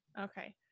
Okay